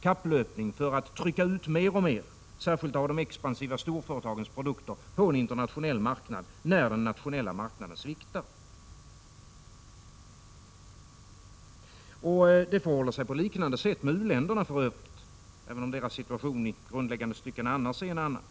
kapplöpning för att trycka ut mer och mer, särskilt av de expansiva storföretagens produkter, på en internationell marknad när den nationella marknaden sviktar. Det förhåller sig på liknande sätt med u-länderna, även om deras situation i grundläggande stycken i övrigt är en annan.